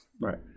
right